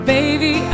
Baby